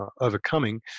overcoming